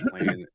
plan